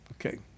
Okay